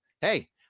Hey